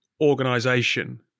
organization